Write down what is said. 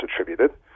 attributed